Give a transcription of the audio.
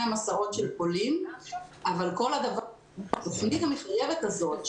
המסעות לפולין אבל כל התוכנית המחייבת הזאת,